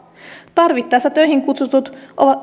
tarvittaessa töihin kutsutut